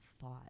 thought